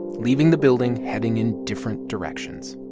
leaving the building heading in different directions